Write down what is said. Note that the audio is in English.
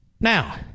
Now